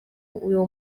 uwo